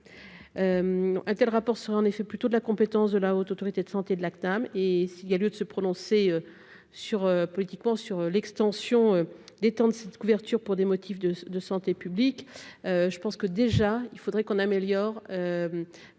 un tel rapport sera en effet plutôt de la compétence de la Haute autorité de santé de la CNAM et s'il y a lieu de se prononcer sur politiquement sur l'extension des temps de cette couverture pour des motifs de de santé publique, je pense que déjà, il faudrait qu'on améliore,